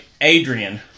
Adrian